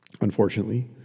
unfortunately